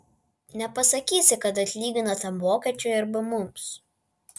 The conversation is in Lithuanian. nepasakysi kad atlygino tam vokiečiui arba mums